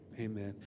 Amen